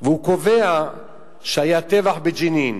והוא קובע שהיה טבח בג'נין.